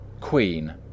Queen